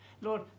lord